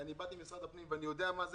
באתי ממשרד הפנים ואני יודע מה זה